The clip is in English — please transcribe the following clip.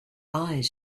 eyes